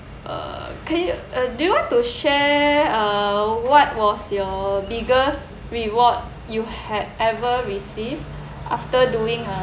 uh can you uh do you want to share uh what was your biggest reward you had ever received after doing um